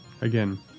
Again